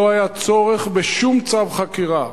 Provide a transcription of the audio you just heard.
לא היה צורך בשום צו חקירה.